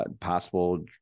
possible